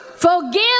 Forgive